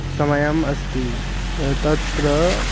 समयः अस्ति तत्र